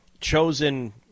chosen